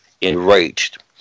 enraged